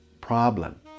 problem